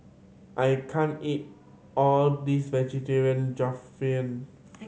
I can't eat all this